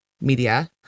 media